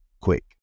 quick